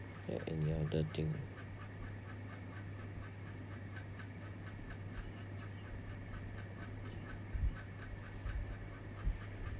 ya any other thing